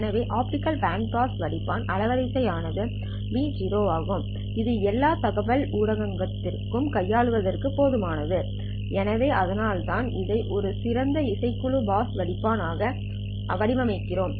எனவே optical band pass வடிப்பான் அலைவரிசை ஆனது B0 ஆகும் இது எல்லா தகவல் உள்ளடக்கம் கையாளுவதற்கு போதுமானது எனவே அதனால்தான் இதை ஒரு சிறந்த இசைக்குழு பாஸ் வடிப்பான் ஆக வடிவமைக்கிறோம்